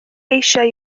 eisiau